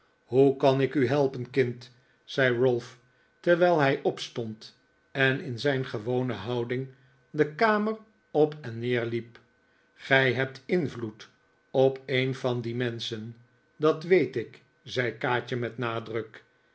hoe kan ik u helpen kind zei ralph terwijl hij opstond en in zijn gewone houding de kamer op en neer hep gij hebt invloed op een van die menschen dat weet ik zei kaatje met nadruk